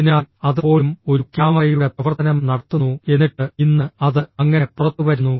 അതിനാൽ അത് പോലും ഒരു ക്യാമറയുടെ പ്രവർത്തനം നടത്തുന്നു എന്നിട്ട് ഇന്ന് അത് അങ്ങനെ പുറത്തുവരുന്നു